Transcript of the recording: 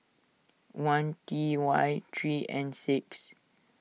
one T Y three N six